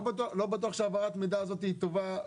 לא בטוח שהעברת המידע הזו טובה.